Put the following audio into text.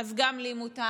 אז גם לי מותר,